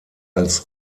als